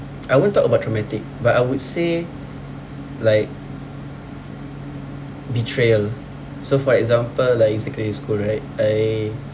I won't talk about traumatic but I would say like betrayal so for example like in secondary school right I